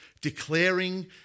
declaring